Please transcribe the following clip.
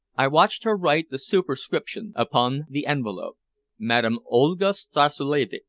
i watched her write the superscription upon the envelope madame olga stassulevitch,